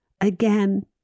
again